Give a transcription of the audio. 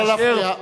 לא להפריע.